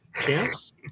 Champs